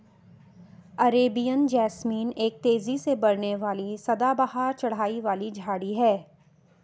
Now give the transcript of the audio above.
Arabian jasmine एक तेजी से बढ़ने वाली सदाबहार चढ़ाई वाली झाड़ी है